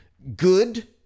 Good